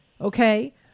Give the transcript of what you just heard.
Okay